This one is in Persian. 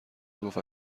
میگفت